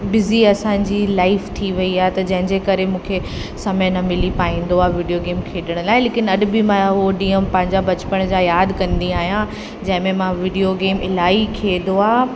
busy असांजी life थी वई आहे त जंहिंजे करे मूंखे समय न मिली पाईंदो आहे वीडियो गेम खेडण लाइ लेकिन अॼु बि मां हो ॾींहं पंहिंजा बचपण जा यादि कंदी आहियां जंहिंमे मां वीडियो गेम इलाही खेॾदो आहियां